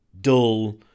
dull